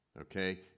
okay